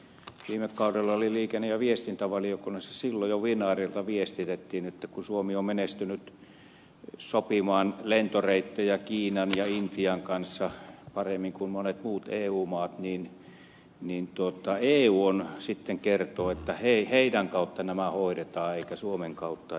viime kaudella olin liikenne ja viestintävaliokunnassa ja silloin jo finnairilta viestitettiin että kun suomi on menestynyt lentoreittien sopimisessa kiinan ja intian kanssa paremmin kuin monet muut eu maat niin eu sitten kertoo että hei niiden kautta nämä hoidetaan eikä suomen kautta